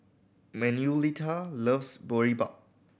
Manuelita loves Boribap